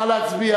נא להצביע.